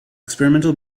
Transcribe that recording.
experimental